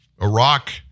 Iraq